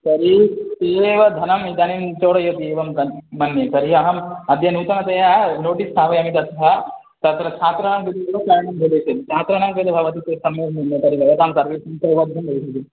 तर्हि ते एव धनम् इदानीं चोरयन्ति एवं कन् मन्ये तर्हि अहम् अद्य नूतनतया नोटिस् स्थापयामि तथा तत्र छात्राणां कृते एव प्लेनिङ्ग् भवेत् छात्राणां कृते भवति चेत् सम्यक् भवेत् तर्हि भवतां सर्वे उपलब्धं भविष्यति